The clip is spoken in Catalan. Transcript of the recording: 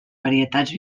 varietats